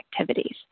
activities